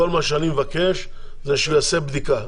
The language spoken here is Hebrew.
כל מה שאני מבקש זה שהוא יעשה בדיקה,